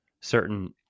certain